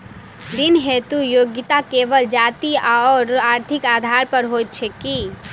ऋण हेतु योग्यता केवल जाति आओर आर्थिक आधार पर होइत छैक की?